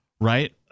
Right